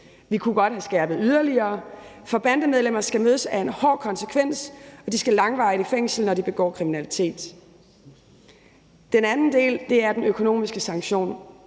Vi kunne godt have skærpet yderligere, for bandemedlemmer skal mødes af en hård konsekvens, og de skal langvarigt i fængsel, når de begår kriminalitet. Den anden del er den økonomiske sanktion.